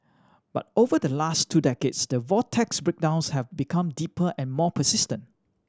but over the last two decades the vortex's breakdowns have become deeper and more persistent